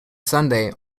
sunday